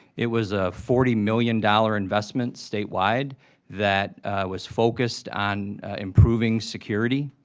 it was a forty million dollars investment statewide that was focused on improving security.